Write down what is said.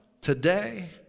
today